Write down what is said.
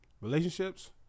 Relationships